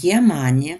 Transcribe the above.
jie manė